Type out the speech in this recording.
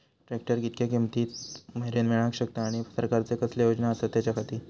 Tractor कितक्या किमती मरेन मेळाक शकता आनी सरकारचे कसले योजना आसत त्याच्याखाती?